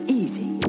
easy